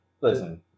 Listen